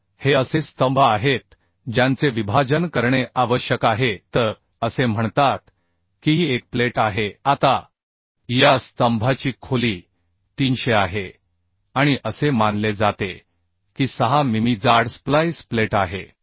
तर हे असे स्तंभ आहेत ज्यांचे विभाजन करणे आवश्यक आहे तर असे म्हणतात की ही एक प्लेट आहे आता या स्तंभाची खोली 300 आहे आणि असे मानले जाते की 6 मिमी जाड स्प्लाइस प्लेट आहे